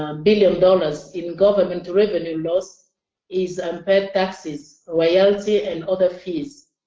um billion dollars in government revenue loss is unpaid taxes, royalty and other fees.